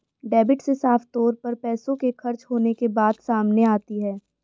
debit से साफ तौर पर पैसों के खर्च होने के बात सामने आती है